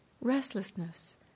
restlessness